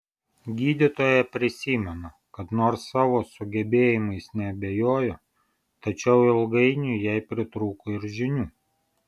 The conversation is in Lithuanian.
gydytoja prisimena kad nors savo sugebėjimais neabejojo tačiau ilgainiui jai pritrūko ir žinių